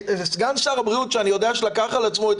סגן שר הבריאות שאני יודע שלקח על עצמו את